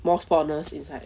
more spawners inside